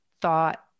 thought